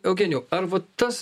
eugenijau ar vat tas